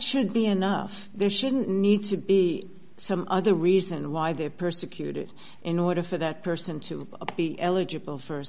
should be enough they shouldn't need to be some other reason why they are persecuted in order for that person to be eligible for